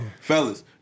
fellas